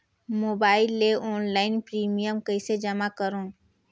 Mobile ले online premium कइसे जमा करों?